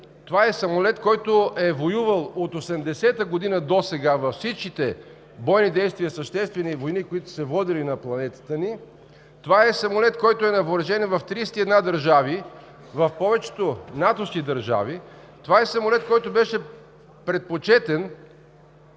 това е самолет, който е воювал от 1980 г. досега във всичките бойни действия – съществени войни, които са се водили на планетата ни. Това е самолет, който е на въоръжение в 31 държави – в повечето натовски държави. Това е самолет, който беше предпочетен